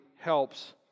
helps